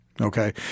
Okay